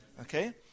Okay